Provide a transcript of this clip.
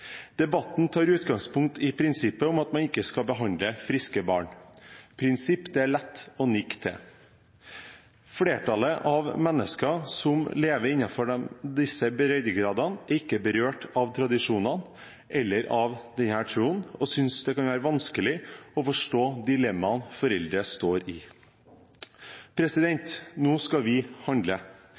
Debatten tar utgangspunkt i prinsippet om at man ikke skal behandle friske barn – et prinsipp det er lett å nikke til. Flertallet av menneskene som lever innenfor disse breddegradene, er ikke berørt av tradisjonene eller av denne troen og synes det kan være vanskelig å forstå dilemmaene foreldrene står i. Nå skal vi handle.